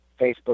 Facebook